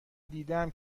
دیدهام